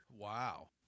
Wow